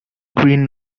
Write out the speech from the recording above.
green